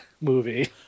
movie